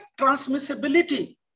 transmissibility